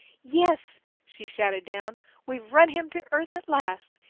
yes, she shouted down, we've run him to earth at last.